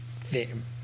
theme